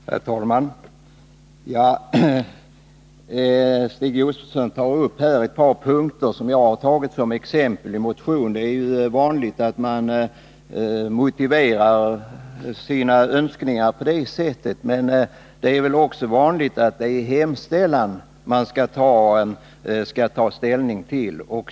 Herr talman! Stig Josefson tar upp ett par punkter som jag har tagit som exempel i motionen. Det är ju vanligt att man motiverar sina önskningar på det sättet. Men det är också vanligt att det är hemställan i motionen som utskottet skall ta ställning till.